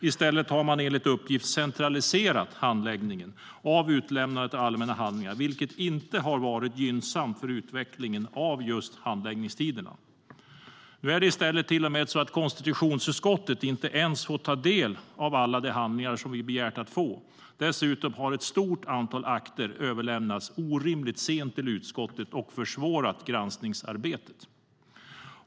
I stället har man enligt uppgift centraliserat handläggningen av utlämnandet av allmänna handlingar, vilket inte har varit gynnsamt för utvecklingen av handläggningstiderna. Nu är det i stället till och med så att konstitutionsutskottet inte ens har fått ta del av alla de handlingar som vi har begärt att få. Dessutom har ett stort antal akter överlämnats orimligt sent till utskottet och försvårat granskningsarbetet.